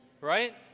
Right